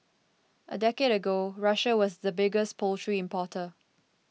a decade ago Russia was the biggest poultry importer